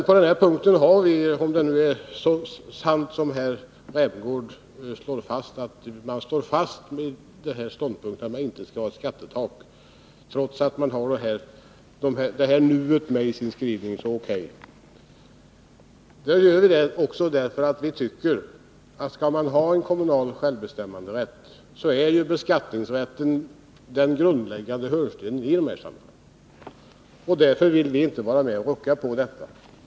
Vi har samma uppfattning, om det är sant som herr Rämgård slår fast, nämligen att man står fast vid ståndpunkten att vi inte skall ha ett skattetak, trots att man har detta ”nu” med i sin skrivning. Vi tycker att om man skall ha kommunal självbestämmanderätt, så är beskattningsrätten den grundläggande hörnstenen. Därför vill vi inte vara med om att rucka på detta system.